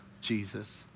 Jesus